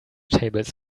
tables